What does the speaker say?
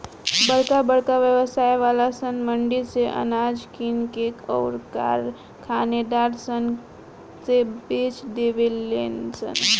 बरका बरका व्यवसाय वाला सन मंडी से अनाज किन के अउर कारखानेदार सन से बेच देवे लन सन